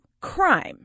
crime